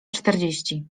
czterdzieści